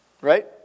right